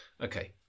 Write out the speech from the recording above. Okay